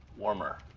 warmer.